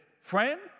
friend